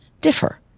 differ